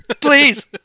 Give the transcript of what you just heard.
Please